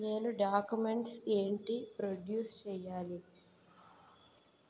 నేను డాక్యుమెంట్స్ ఏంటి ప్రొడ్యూస్ చెయ్యాలి?